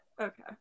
Okay